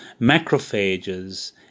macrophages